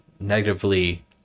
negatively